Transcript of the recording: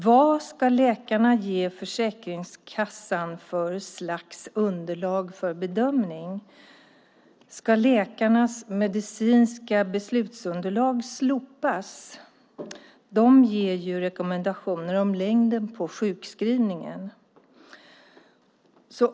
Vad ska läkarna ge Försäkringskassan för slags underlag för bedömning? Ska läkarnas medicinska beslutsunderlag slopas? De ger ju rekommendationer om längden på sjukskrivningen.